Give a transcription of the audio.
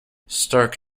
stark